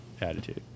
attitude